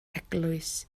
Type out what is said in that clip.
eglwys